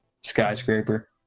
Skyscraper